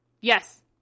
Yes